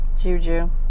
Juju